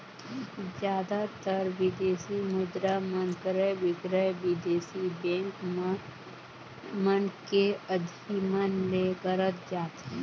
जादातर बिदेसी मुद्रा मन क्रय बिक्रय बिदेसी बेंक मन के अधिमन ले करत जाथे